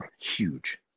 huge